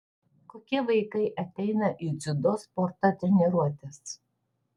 kokie vaikai ateina į dziudo sporto treniruotes